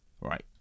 Right